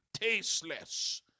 tasteless